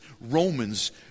Romans